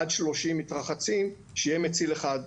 עד 30 מתרחצים שיהיה מציל אחד,